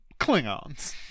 Klingons